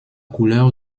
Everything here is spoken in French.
couleur